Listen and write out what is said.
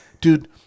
dude